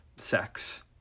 Sex